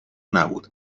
نبود